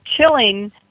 chilling